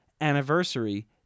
anniversary